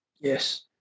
Yes